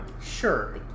Sure